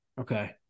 Okay